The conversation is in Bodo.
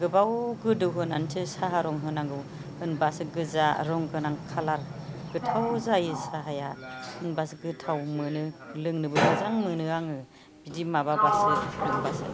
गोबाव गोदौहोनानैसो साहा रं होनांगौ होनबासो गोजा रं गोनां गोथाव जायो साहाया होनबासो गोथाव मोनो लोंनोबो मोजां मोनो आङो बिदि माबाबासो फुदुंबासो